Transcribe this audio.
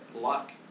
luck